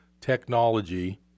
technology